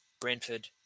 Brentford